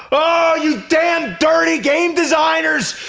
oh, you damn dirty game designers!